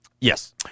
Yes